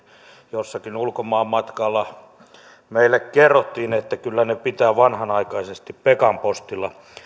jossakin ulkomaanmatkalla ja meille kerrottiin että kyllä kantelut pitää vanhanaikaisesti pekan postilla